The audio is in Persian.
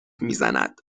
میزند